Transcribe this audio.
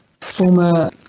former